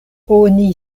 oni